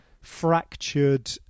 fractured